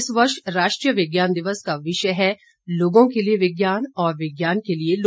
इस वर्ष राष्ट्रीय विज्ञान दिवस का विषय है लोगों के लिए विज्ञान और विज्ञान के लिए लोग